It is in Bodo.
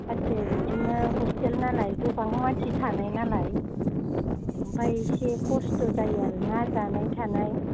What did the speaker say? जायखिजाया बिदिनो हस्टेल नालाय गोबां मानसि थानाय नालाय ओमफ्राय एसे खस्थ' जायो आरोना जानाय थानाय